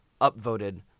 upvoted